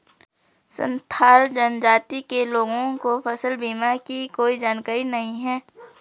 संथाल जनजाति के लोगों को फसल बीमा की कोई जानकारी नहीं है